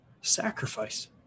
sacrifice